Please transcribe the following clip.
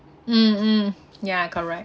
mm mm yeah correct